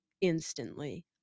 instantly